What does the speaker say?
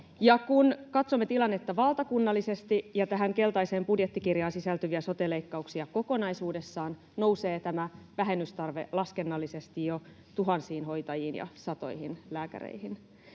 Kun katsomme tilannetta valtakunnallisesti, ja tähän keltaiseen budjettikirjaan sisältyviä sote-leikkauksia kokonaisuudessaan, nousee tämä vähennystarve laskennallisesti jo tuhansiin hoitajiin ja satoihin lääkäreihin.